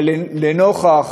אבל לנוכח